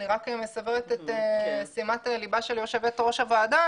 אני רק מעירה את שימת לבה של יושבת-ראש הוועדה,